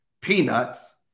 peanuts